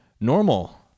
normal